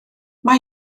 mae